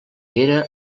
era